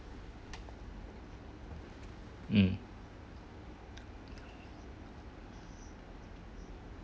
mm